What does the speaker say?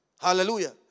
Hallelujah